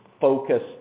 focus